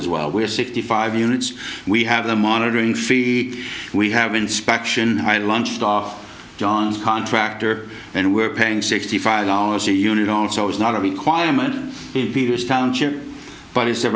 as well we're sixty five units we have a monitoring fee we have inspection i lunched off john's contractor and we're paying sixty five dollars a unit also it's not a requirement peters township but it's